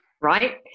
Right